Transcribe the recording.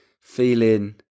feeling